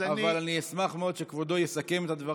אבל אני אשמח מאוד שכבודו יסכם את הדברים.